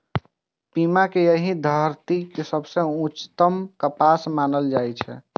पीमा कें एहि धरतीक सबसं उत्तम कपास मानल जाइ छै